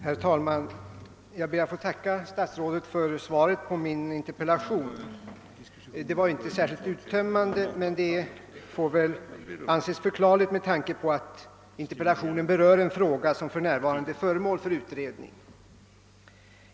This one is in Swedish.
Herr talman! Jag ber att få tacka statsrådet för svaret på min interpellation. Det var inte särskilt uttömmande, men detta får väl anses vara förklarligt med tanke på att interpellationen berör en fråga som för närvarande är under utredning.